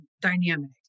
dynamic